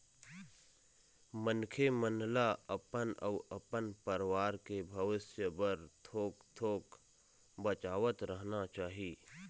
मनखे मन ल अपन अउ अपन परवार के भविस्य बर थोक थोक बचावतरहना चाही